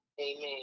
Amen